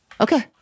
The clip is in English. okay